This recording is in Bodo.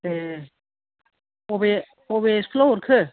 ए अबे अबे स्कुलाव हरखो